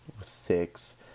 six